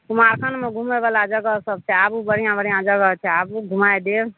कुमारखंडमे घूमय बला जगह सब छै आबू बढ़िआँ बढ़िआँ जगह छै आबू घूमाए देब